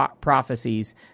prophecies